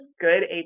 good